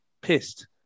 pissed